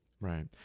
Right